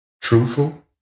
truthful